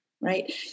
right